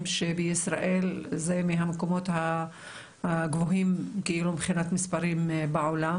שבישראל זה מהמקומות הגבוהים מבחינת מספרים בעולם.